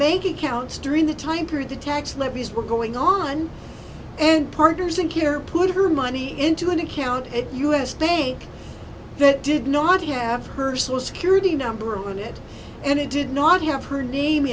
bank accounts during the time period the tax levies were going on and partners in care put her money into an account at us take that did not have her so security number on it and it did not have her name